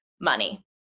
money